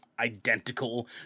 identical